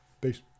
Peace